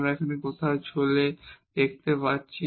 আমরা এখানে দেখতে পাচ্ছি